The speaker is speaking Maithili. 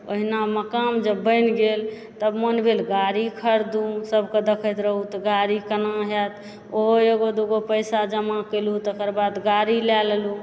अहिना मकान जब बनि गेल तब मोन भेल गाड़ी खरदूँ सबकेँ देखैत रहौ तऽ गाड़ी केना हैत ओहो एगो दूगो पैसा जमा कैलहुँ तकर बाद गाड़ी लए लेलहुँ